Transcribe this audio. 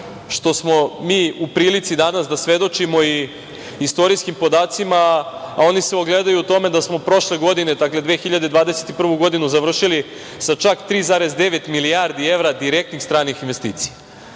što smo mi u prilici danas da svedočimo i istorijskim podacima, a oni se ogledaju u tome da smo prošle godine, dakle 2021. godinu završili sa čak 3,9 milijardi evra direktnih stranih investicija.